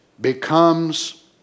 becomes